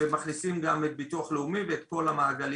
ומכניסים גם את ביטוח לאומי וגם את כל המעגלים.